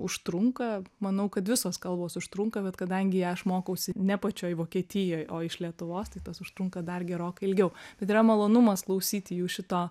užtrunka manau kad visos kalbos užtrunka bet kadangi ją aš mokausi ne pačioj vokietijoj o iš lietuvos tai tas užtrunka dar gerokai ilgiau bet yra malonumas klausyti jų šito